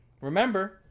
Remember